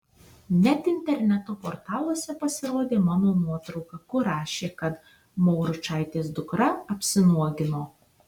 net interneto portaluose pasirodė mano nuotrauka kur rašė kad mauručaitės dukra apsinuogino